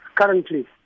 currently